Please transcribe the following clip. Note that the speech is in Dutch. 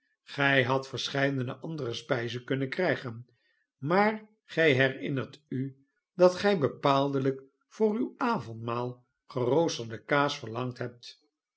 gij hadt verscheidene anderespijzenkunnenkrijgen maar gij herinnert u dat gij bepaaldelijk voor uw avondmaal geroosterde kaas verlangd hebt